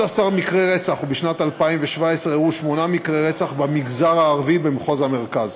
מקרי רצח ובשנת 2017 אירעו שמונה מקרי רצח במגזר הערבי במחוז המרכז.